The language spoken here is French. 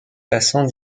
passant